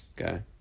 okay